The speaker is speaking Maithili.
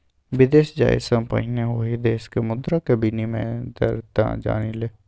विदेश जाय सँ पहिने ओहि देशक मुद्राक विनिमय दर तँ जानि ले